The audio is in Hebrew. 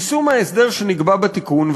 יישום ההסדר שנקבע בתיקון,